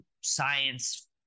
science